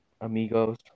Amigos